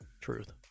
Truth